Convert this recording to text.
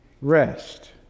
rest